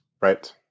right